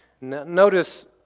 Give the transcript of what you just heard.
Notice